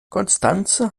constanze